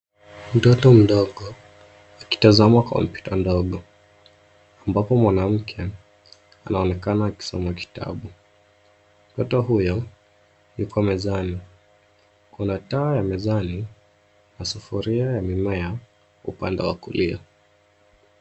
Mtoto mdogo akitazama kompyuta ndogo ambapo mwanamke anaonekana akisoma kitabu. Mtoto huyo yuko mezani. Kuna taa ya mezani na sufuria ya mimea upande wa kulia.